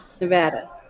Nevada